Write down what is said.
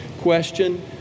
question